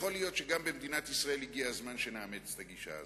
יכול להיות שגם במדינת ישראל הגיע הזמן שנאמץ את הגישה הזאת.